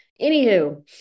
Anywho